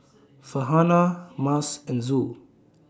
Farhanah Mas and Zul